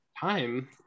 time